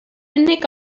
unig